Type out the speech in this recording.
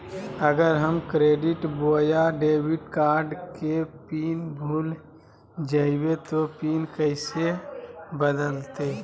अगर हम क्रेडिट बोया डेबिट कॉर्ड के पिन भूल जइबे तो पिन कैसे बदलते?